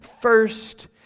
first